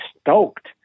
stoked